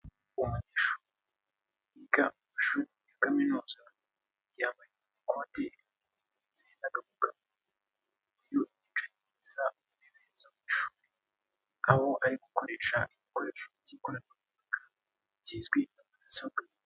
Umunyeshuri wiga amashuri ya kaminuza yambaye ikoti ndetse n'agapfukamunwa, ibikoresho byiza birimo intebe zo mu ishuri, aho ari gukoresha igikoresho cy'ikoranabuhanga kizwi nka mudasobwa.